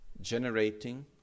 generating